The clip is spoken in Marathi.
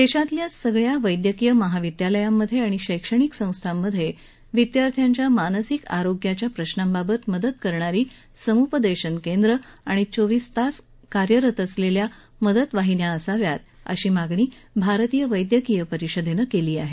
देशभरातल्या सगळ्या वैद्यकीय महाविद्यालयांमध्ये आणि शैक्षणिक संस्थांमध्ये विद्यार्थ्यांच्या मानसिक आरोग्याच्या प्रशांबाबत मदत करणारी समूपदेशन केंद्रं आणि चोवीस तास कार्यरत मदत वाहिन्या असाव्यात अशी मागणी भारतीय वैद्यकीय परिषदेनं केली आहे